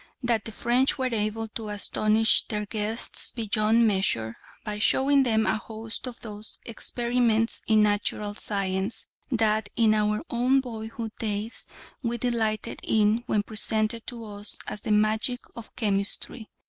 that the french were able to astonish their guests beyond measure by showing them a host of those experiments in natural science that in our own boyhood days we delighted in when presented to us as the magic of chemistry,